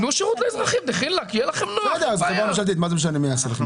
איך המנגנון הזה עובד?